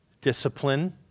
discipline